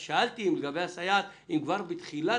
אז שאלתי לגבי הסייעת אם כבר בתחילת